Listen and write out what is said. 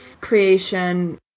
creation